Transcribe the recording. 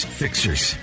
fixers